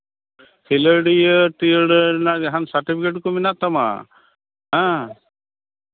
ᱠᱷᱮᱞᱳᱰᱤᱭᱟᱹ ᱴᱤᱞᱳᱰᱤᱭᱟᱹ ᱨᱮᱱᱟᱜ ᱡᱟᱦᱟᱱ ᱥᱟᱨᱴᱚᱯᱷᱤᱠᱮᱴ ᱠᱚ ᱢᱮᱱᱟᱜ ᱛᱟᱢᱟ ᱦᱮᱸ